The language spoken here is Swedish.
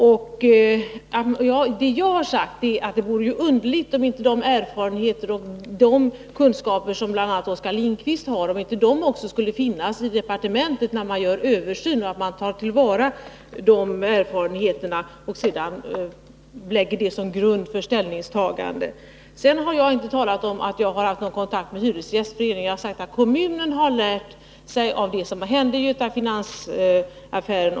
Vidare har jag sagt att det vore underligt om inte de erfarenheter och de kunskaper som bl.a. Oskar Lindkvist har inte skulle finnas också inom departementet, som alltså gör en översyn. Erfarenheterna härav tas till vara. Sedan läggs de till grund för ett ställningstagande. Jag har inte sagt att jag har haft kontakt med Hyresgästföreningen. Men jag har sagt att kommunen har lärt av det som hände i Göta Finans-affären.